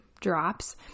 drops